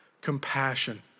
compassion